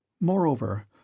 Moreover